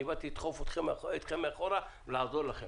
אני באתי לדחוף אתכם מאחורה ולעזור לכם.